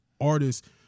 artists